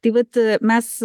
tai vat mes